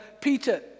Peter